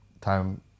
time